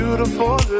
Beautiful